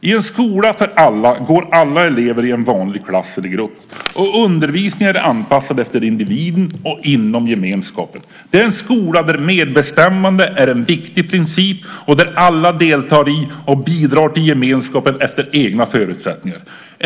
I en skola för alla går alla elever i en vanlig klass eller grupp. Undervisningen är anpassad efter individen och inom gemenskapen. Det är en skola där medbestämmande är en viktig princip och där alla deltar i och bidrar till gemenskapen efter egna förutsättningar.